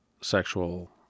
sexual